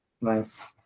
nice